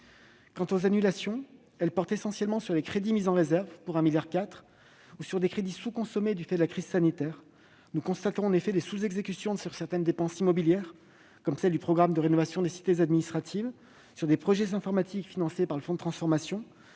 Quant aux annulations, elles portent essentiellement sur les crédits mis en réserve, pour 1,4 milliard d'euros, et sur des crédits sous-consommés du fait de la crise sanitaire. Nous constatons en effet des sous-exécutions pour certaines dépenses immobilières, comme celles du programme de rénovation des cités administratives, mais aussi pour des projets informatiques financés par le fonds de transformation